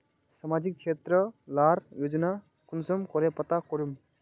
सामाजिक क्षेत्र लार योजना कुंसम करे पता करूम?